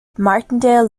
martindale